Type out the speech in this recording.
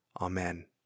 Amen